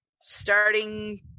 starting